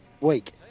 week